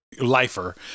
lifer